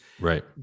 Right